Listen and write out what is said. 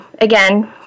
again